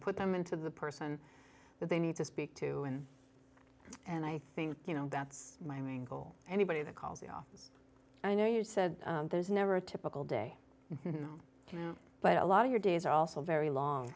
put them into the person that they need to speak to and and i think you know that's my main goal anybody that calls the office i know you said there's never a typical day but a lot of your days are also very long